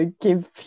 give